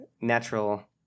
natural